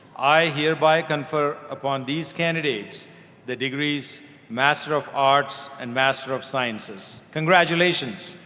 i hereby confer upon these candidates the degrees master of arts and master of sciences. congratulations.